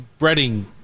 breading